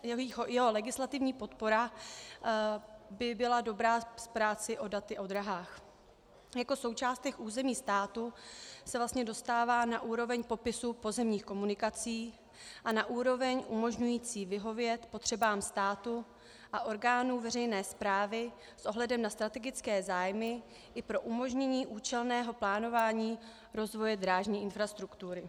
Jeho legislativní podpora by byla dobrá v práci s daty o dráhách jako součástech území státu se vlastně dostává (?) na úroveň popisu pozemních komunikací a na úroveň umožňující vyhovět potřebám státu a orgánu veřejné správy s ohledem na strategické zájmy i pro umožnění účelného plánování rozvoje drážní infrastruktury.